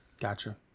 Gotcha